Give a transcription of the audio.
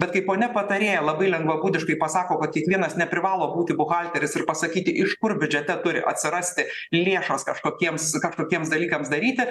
bet kai ponia patarėja labai lengvabūdiškai pasako kad kiekvienas neprivalo būti buhalteris ir pasakyti iš kur biudžete turi atsirasti lėšos kažkokiems kažkokiems dalykams daryti